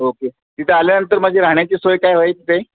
okay तिथे आल्यानंतर माझी राहण्याची सोय काय होय तिथे